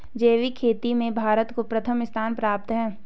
जैविक खेती में भारत को प्रथम स्थान प्राप्त है